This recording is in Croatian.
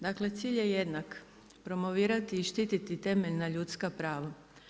Dakle, cilj je jednak, promovirati i štiti temeljenja ljudska prava.